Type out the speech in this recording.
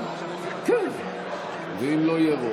(קוראת בשמות חברי הכנסת) משה אבוטבול,